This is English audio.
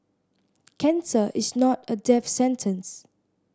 cancer is not a death sentence